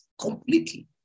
completely